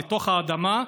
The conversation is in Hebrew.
לתוך האדמה,